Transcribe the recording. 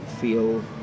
feel